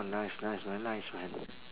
nice nice man nice man